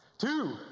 Two